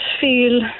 feel